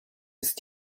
ist